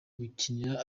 gukinira